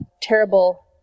terrible